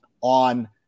on